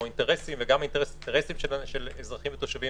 או אינטרסים וגם אינטרסים של אזרחים ותושבים